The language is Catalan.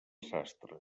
sastre